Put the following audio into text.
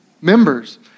members